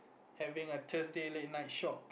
having a Thursday late night shop